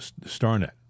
starnet